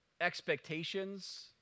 expectations